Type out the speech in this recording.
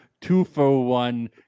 two-for-one